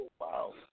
Wow